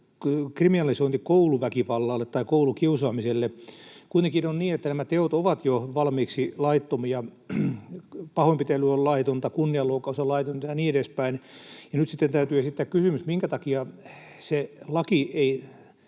keino tämän hyvän ja tärkeän tavoitteen edistämiseen. Kuitenkin on niin, että nämä teot ovat jo valmiiksi laittomia. Pahoinpitely on laitonta, kunnianloukkaus on laitonta ja niin edespäin. Nyt sitten täytyy esittää kysymys, minkä takia se laki ei